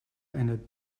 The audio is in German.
einer